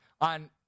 on